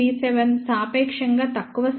37 సాపేక్షంగా తక్కువ సంఖ్య